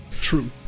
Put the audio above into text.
True